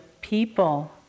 people